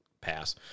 pass